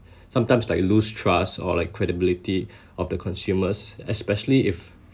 sometimes like lose trust or like credibility of the consumers especially if